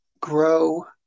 grow